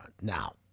Now